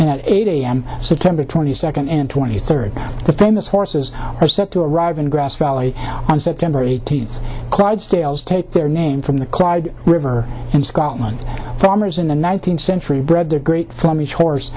at eight a m so temper twenty second and twenty third the famous horses are set to arrive in grass valley on september eighteenth clydesdales take their name from the clyde river in scotland farmers in the nineteenth century bred their great from each horse